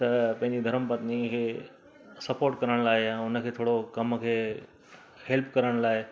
त पंहिंजी धरम पत्नी खे स्पोट करणु लाइ ऐं हुन खे थोरो कम खे हैल्प करणु लाइ